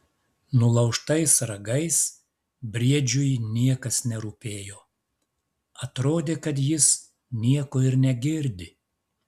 nulaužtais ragais briedžiui niekas nerūpėjo atrodė kad jis nieko ir negirdi